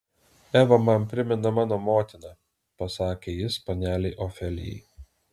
eva man primena mano motiną pasakė jis panelei ofelijai